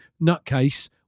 nutcase